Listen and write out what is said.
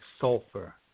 sulfur